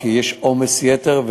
כי יש עומס יתר,